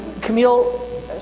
Camille